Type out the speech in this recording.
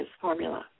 formula